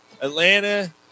Atlanta